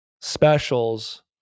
specials